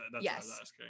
Yes